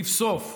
לבסוף,